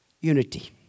Unity